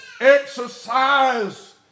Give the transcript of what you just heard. exercise